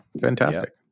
Fantastic